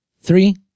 Three